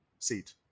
seat